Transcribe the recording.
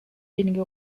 wenige